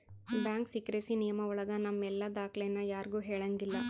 bank secrecy ನಿಯಮ ಒಳಗ ನಮ್ ಎಲ್ಲ ದಾಖ್ಲೆನ ಯಾರ್ಗೂ ಹೇಳಂಗಿಲ್ಲ